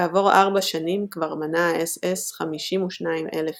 כעבור ארבע שנים כבר מנה האס־אס 52,000 איש.